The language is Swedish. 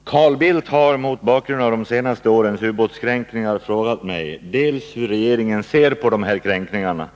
Herr talman! Carl Bildt har mot bakgrund av de senaste årens ubåtskränkningar frågat mig dels hur regeringen ser på dessa kränkningar,